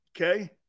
Okay